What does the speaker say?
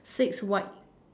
six white